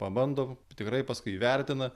pabando tikrai paskui įvertina